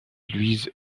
louise